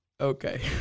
Okay